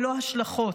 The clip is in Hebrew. ללא השלכות,